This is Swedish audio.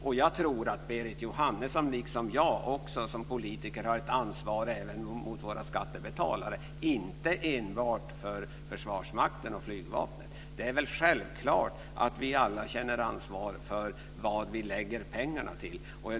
Både Berit Jóhannesson och jag har väl som politiker ett ansvar även gentemot våra skattebetalare - alltså inte enbart gentemot Försvarsmakten och flygvapnet. Det är väl självklart att vi alla känner ansvar för vad vi använder pengarna till.